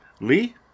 Lee